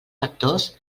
factors